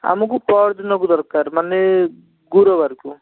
ଆମକୁ ପଅରିଦିନକୁ ଦରକାର ମାନେ ଗୁରୁବାରକୁ